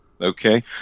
okay